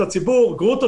הייתי שם גבולות לממשלה.